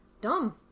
dumb